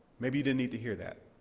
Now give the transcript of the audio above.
maybe you didn't need to hear that.